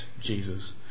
Jesus